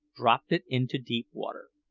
dropped it into deep water.